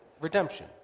redemption